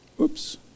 Oops